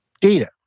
data